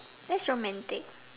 that's romantic